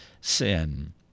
sin